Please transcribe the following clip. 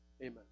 Amen